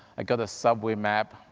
i got a subway map,